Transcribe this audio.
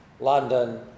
London